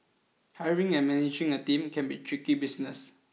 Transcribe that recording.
hiring and managing a team can be tricky business